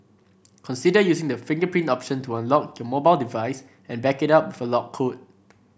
consider using the fingerprint option to unlock your mobile device and back it up for lock code